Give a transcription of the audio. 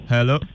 Hello